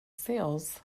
sales